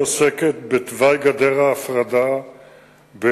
חבר הכנסת אריה אלדד שאל את שר הביטחון ביום ט' בתמוז